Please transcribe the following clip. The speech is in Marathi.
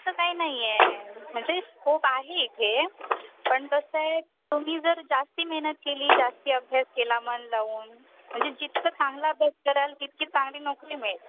असं काही नाही आहे म्हणजे स्कोप आहे इथे पण कसं आहे तुम्ही जर जास्त मेहनत केली जास्त अभ्यास केला मन लावून म्हणजे जितकं चांगला अभ्यास कराल तितकी चांगली नोकरी मिळेल